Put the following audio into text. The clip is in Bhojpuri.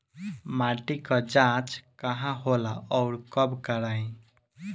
माटी क जांच कहाँ होला अउर कब कराई?